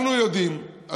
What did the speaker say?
אנחנו יודעים,